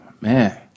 man